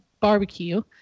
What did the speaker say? barbecue